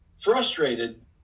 frustrated